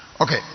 Okay